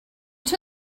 two